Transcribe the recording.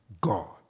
God